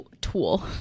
tool